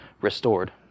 restored